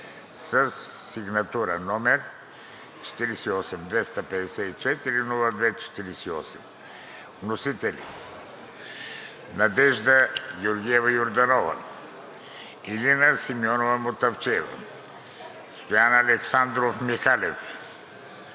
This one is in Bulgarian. сигнатура № 48-254-02-48. Вносители са Надежда Георгиева Йорданов, Илина Симеонова Мутафчиева, Стоян Александров Михалев,